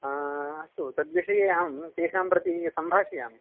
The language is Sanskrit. अस्तु तद्विषये अहं तेषां प्रति सम्भाषयामि